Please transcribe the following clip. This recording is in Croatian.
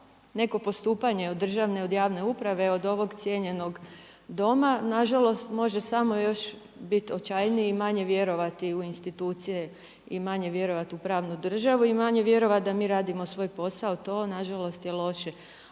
neko postupanje od državne, od javne uprave, od ovog cijenjenog Doma nažalost može samo još biti očajniji i manje vjerovati u institucije i manje vjerovati u pravnu državu i manje vjerovati da mi radimo svoj posao, to nažalost je loše.